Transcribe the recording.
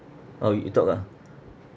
orh you talked ah